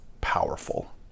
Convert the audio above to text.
powerful